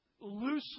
loosely